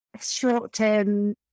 short-term